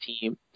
team